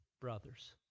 brothers